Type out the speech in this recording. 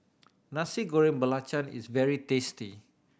Nasi Goreng Belacan is very tasty